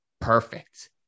perfect